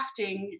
crafting